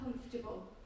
comfortable